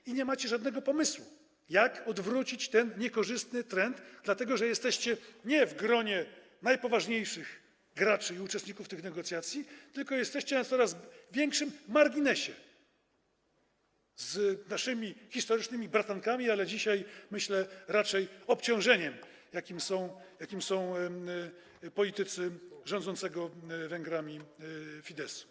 I nie macie żadnego pomysłu, jak odwrócić ten niekorzystny trend, dlatego że jesteście nie w gronie najpoważniejszych graczy i uczestników tych negocjacji, tylko jesteście na coraz większym marginesie z naszymi historycznymi bratankami, ale dzisiaj, myślę, raczej obciążeniem, jakim są politycy rządzącego Węgrami Fideszu.